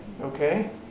Okay